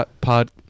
Pod